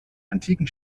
antiken